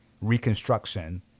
Reconstruction